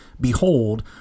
behold